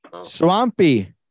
Swampy